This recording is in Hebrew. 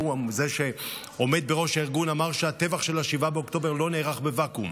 זה שעומד בראש הארגון אמר שהטבח של 7 באוקטובר לא נערך בוואקום.